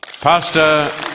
Pastor